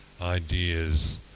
Ideas